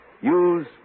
Use